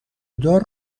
دار